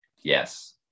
Yes